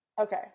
Okay